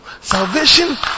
Salvation